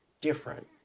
different